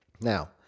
Now